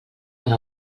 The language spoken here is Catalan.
per